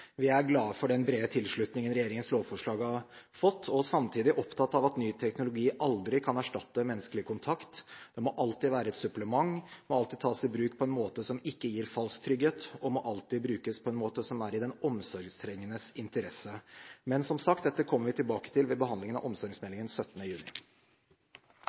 Vi er glad for den brede tilslutningen regjeringens lovforslag har fått, og samtidig opptatt av at ny teknologi aldri kan erstatte menneskelig kontakt. Den må alltid være et supplement, den må alltid tas i bruk på en måte som ikke gir falsk trygghet, og den må alltid brukes på en måte som er i den omsorgstrengendes interesse. Dette kommer vi, som sagt, tilbake til ved behandlingen av omsorgsmeldingen 17. juni.